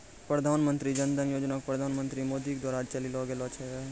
प्रधानमन्त्री जन धन योजना के प्रधानमन्त्री मोदी के द्वारा चलैलो गेलो रहै